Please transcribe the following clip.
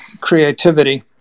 creativity